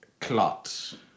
clot